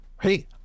Hey